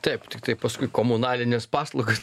taip tiktai paskui komunalines paslaugas